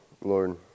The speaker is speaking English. Lord